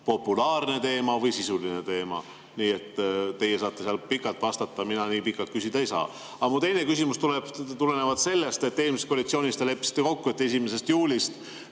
populaarne teema või sisuline teema. Teie saate seal pikalt vastata, mina nii pikalt küsida ei saa. Aga mu teine küsimus tuleb tulenevalt sellest, et eelmises koalitsioonis te leppisite kokku, et 1. juulist